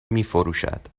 میفروشد